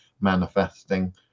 manifesting